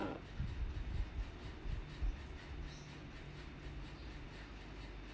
uh